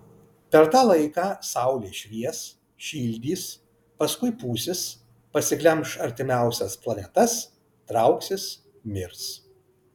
per tą laiką saulė švies šildys paskui pūsis pasiglemš artimiausias planetas trauksis mirs